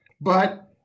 but-